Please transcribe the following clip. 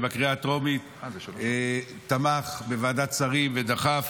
ובקריאה הטרומית תמך בוועדת שרים ודחף,